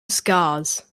scars